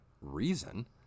reason